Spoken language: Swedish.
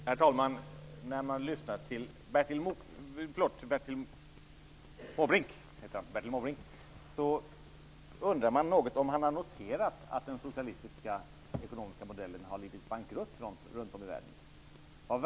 Herr talman! När man lyssnar till Bertil Måbrink undrar man om han har noterat att den socialistiska ekonomiska modellen har gjort bankrutt runt om i världen.